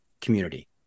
community